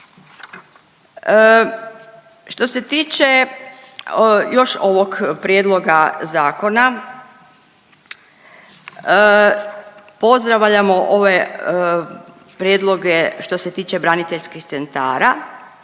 Što se tiče još ovog prijedloga zakona, pozdravljamo ove prijedloge što se tiče braniteljskih centara